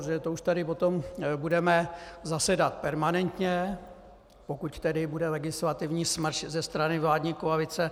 Protože to už tady o tom budeme zasedat permanentně, pokud tedy bude legislativní smršť ze strany vládní koalice.